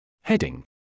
Heading